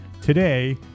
today